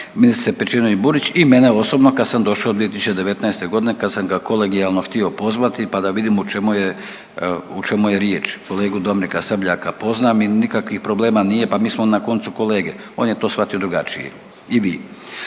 ministrice Pejčinović Burić i mene osobno kad sam došao 2019.g. kad sam ga kolegijalno htio pozvati, pa da vidimo o čemu je, o čemu je riječ. Kolegu Dominika Sabljaka poznam i nikakvih problema nije, pa mi smo na koncu kolege, on je to shvatio drugačije i vi.